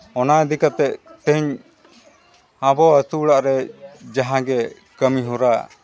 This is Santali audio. ᱚᱱᱟ ᱤᱫᱤ ᱠᱟᱛᱮᱫ ᱛᱮᱦᱮᱧ ᱟᱵᱚ ᱟᱛᱳ ᱚᱲᱟᱜ ᱨᱮ ᱡᱟᱦᱟᱸ ᱜᱮ ᱠᱟᱹᱢᱤ ᱦᱚᱨᱟ